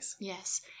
Yes